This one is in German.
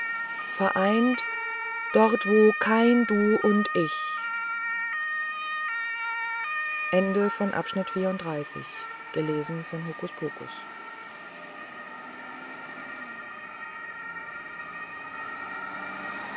vereint dort wo kein du und ich